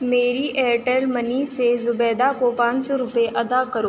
میری Airtel money سے زبیدہ کو پانچ سو روپیے ادا کرو